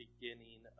beginning